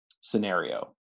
scenario